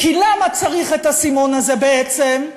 כי למה צריך את הסימון הזה בעצם?